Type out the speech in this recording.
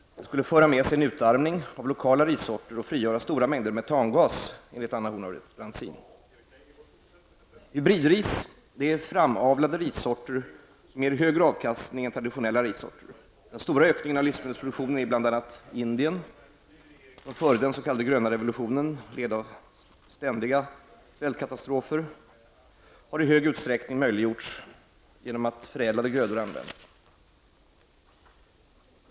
Det skulle föra med sig en utarmning av lokala rissorter och frigöra stora mängder metangas, enligt Anna Horn af Hybridris är framavlat ris som ger högre avkastning än traditionella rissorter. Den stora ökningen av livsmedelsproduktionen i bl.a. Indien, som före den s.k. gröna revolutionen led av ständiga svältkatastrofer, har i stor utsträckning möjliggjorts genom att förädlade grödor används.